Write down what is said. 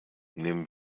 nehmen